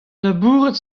labourat